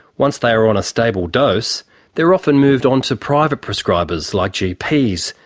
once they are on a stable dose they're often moved on to private prescribers, like gps,